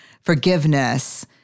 forgiveness